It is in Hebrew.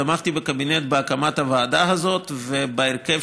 תמכתי בקבינט בהקמת הוועדה הזאת ובהרכב